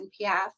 NPF